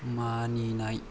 मानिनाय